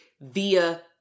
via